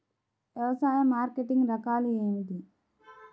వ్యవసాయ మార్కెటింగ్ రకాలు ఏమిటి?